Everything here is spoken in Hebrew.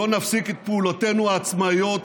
לא נפסיק את פעולותינו העצמאיות,